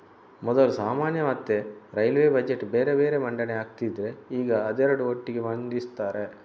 ಮೊದಲು ಸಾಮಾನ್ಯ ಮತ್ತೆ ರೈಲ್ವೇ ಬಜೆಟ್ ಬೇರೆ ಬೇರೆ ಮಂಡನೆ ಆಗ್ತಿದ್ರೆ ಈಗ ಅದೆರಡು ಒಟ್ಟಿಗೆ ಮಂಡಿಸ್ತಾರೆ